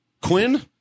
Quinn